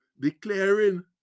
declaring